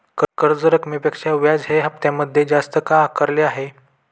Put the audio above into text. कर्ज रकमेपेक्षा व्याज हे हप्त्यामध्ये जास्त का आकारले आहे?